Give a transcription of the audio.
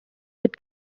would